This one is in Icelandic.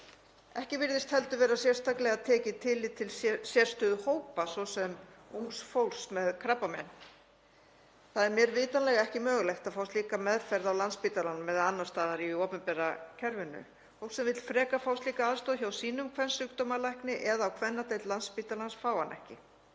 Ekki virðist heldur vera sérstaklega tekið tillit til sérstöðu hópa, svo sem ungs fólks með krabbamein. Það er mér vitanlega ekki mögulegt að fá slíka meðferð á Landspítalanum eða annars staðar í opinbera kerfinu, fólk sem vill frekar fá slíka aðstoð hjá sínum kvensjúkdómalækni eða á kvennadeild Landspítalans fær hana ekki.